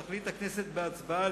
תחליט הכנסת בהצבעה,